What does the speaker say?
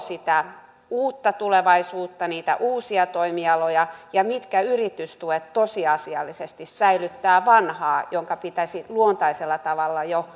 sitä uutta tulevaisuutta niitä uusia toimialoja ja mitkä yritystuet tosiasiallisesti säilyttävät vanhaa jonka pitäisi luontaisella tavalla jo